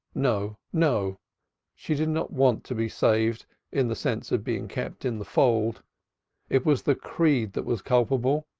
no, no she did not want to be saved in the sense of being kept in the fold it was the creed that was culpable,